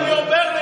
חבר הכנסת מיקי,